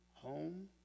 home